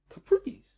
Capris